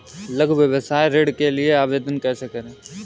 लघु व्यवसाय ऋण के लिए आवेदन कैसे करें?